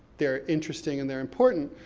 they're interesting, and they're important.